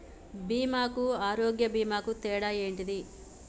బీమా కు ఆరోగ్య బీమా కు తేడా ఏంటిది?